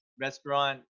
restaurant